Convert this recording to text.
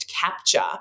capture